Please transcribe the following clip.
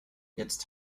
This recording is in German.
jetzt